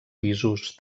pisos